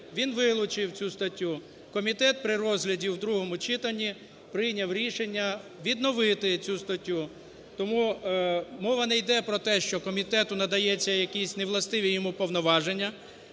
він вилучив цю статтю. Комітет при розгляді в другому читанні прийняв рішення відновити цю статтю. Тому мова не йде про те, що комітету надаються якісь невластиві йому повноваження,